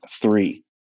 three